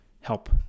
help